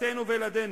בתינו וילדינו,